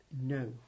No